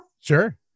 Sure